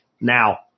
now